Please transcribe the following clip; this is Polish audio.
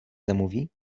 zamówi